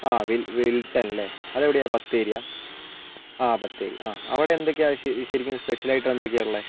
ആ വിൽ വിൽറ്റൺലേ അതെവിടെയാ ബത്തേരിയാ ആ ബത്തേരി ആ അവിടെ എന്തൊക്കെയാണ് ശരിക്കും സ്പെഷ്യൽ ആയിട്ട് എന്തൊക്കെയാണ് ഉള്ളത്